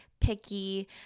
picky